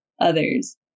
others